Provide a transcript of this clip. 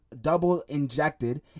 double-injected